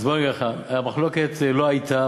אז בוא אני אגיד לך: המחלוקת לא הייתה,